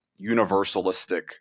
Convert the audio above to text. universalistic